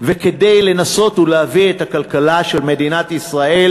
וכדי לנסות ולהביא את הכלכלה של מדינת ישראל